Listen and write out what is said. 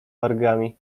wargami